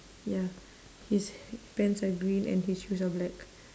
ya his pants are green and his shoes are black